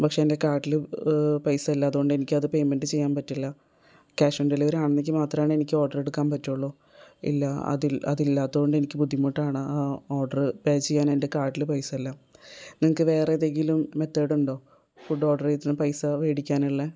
പക്ഷേ എൻ്റെ കാർഡിൽ പൈസ ഇല്ല അത്കൊണ്ട് എനിക്കത് പേയ്മെൻറ്റ് ചെയ്യാൻ പറ്റില്ല ക്യാഷ് ഓൺ ഡെലിവറി ആണെങ്കിൽ മാത്രമാണ് എനിക്ക് ഒർഡർ എടുക്കാൻ പറ്റുള്ളു ഇല്ല അതില്ലാത്തത് കൊണ്ടെനിക്ക് ബുദ്ധിമുട്ടാണ് ഓർഡർ പേ ചെയ്യാൻ എൻ്റെ കാർഡിൽ പൈസ ഇല്ല നിങ്ങൾക്ക് വേറെ ഏതെങ്കിലും മെത്തേഡ് ഉണ്ടോ ഫുഡ് ഒർഡർ ചെയ്ത് പൈസ മേടിയ്ക്കാൻ